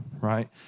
right